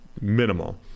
minimal